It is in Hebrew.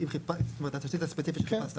התשתית הספציפית שחיפשת.